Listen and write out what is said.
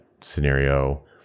scenario